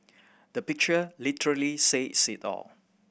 the picture literally says it all